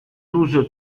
douze